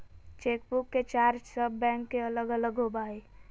chequebook के charge सब bank के अलग अलग होबा हइ